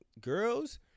girls